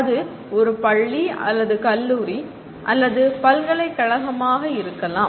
அது ஒரு பள்ளி அல்லது கல்லூரி அல்லது பல்கலைக்கழகமாக இருக்கலாம்